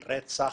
של רצח.